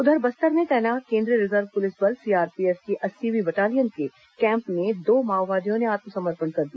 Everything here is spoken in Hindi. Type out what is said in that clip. उधर बस्तर में तैनात केंद्रीय रिजर्व पुलिस बल सीआरपीएफ की अस्सीवीं बटालियन के कैम्प में दो माओवादियों ने आत्मसमर्पण कर दिया